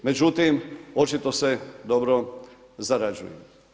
Međutim, očito se dobro zarađuje.